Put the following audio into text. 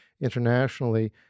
internationally